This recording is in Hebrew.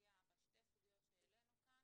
בשתי הסוגיות שהעלינו כאן,